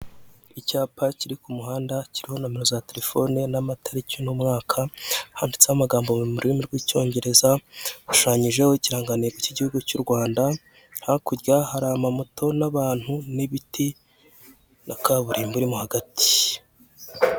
Icyapa kiri ku muhanda kiriho nimero za terefone n'amatariki uno mwaka handitseho amagambo mu rurimi rw'Icyongereza, hashushanjijeho ikirangantego k'Igihugu cy' u Rwanda hakurya hari amamoto, n'abantu, n'ibiti na kaburimbo irimo hagati.